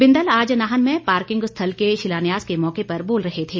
बिंदल आज नाहन में पार्किंग स्थल के शिलान्यास के मौके पर बोल रहे थे